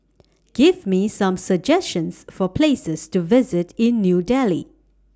Give Me Some suggestions For Places to visit in New Delhi